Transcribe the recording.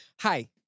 Hi